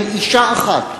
של אשה אחת,